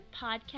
podcast